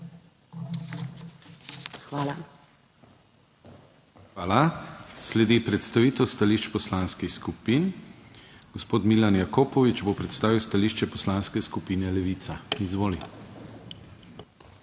KRIVEC: Hvala. Sledi predstavitev stališč poslanskih skupin. Gospod Milan Jakopovič bo predstavil stališče Poslanske skupine Levica, izvolite.